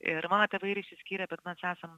ir mano tėvai yra išsiskyrę bet mes esam